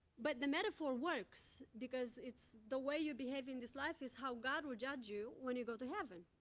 but the metaphor works, because it's the way you behave in this life is how god will judge you when you go to heaven,